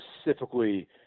specifically